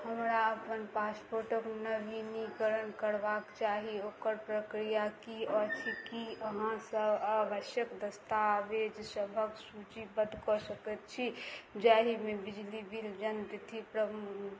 हमरा अपन पासपोर्टके नवीनीकरण करबाक चाही ओकर प्रक्रिया कि अछि कि अहाँ सब आवश्यक दस्तावेज सबके सूचीबद्ध कऽ सकै छी जाहिमे बिजली बिल जन्मतिथि प्र